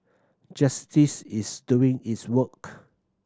justice is doing its work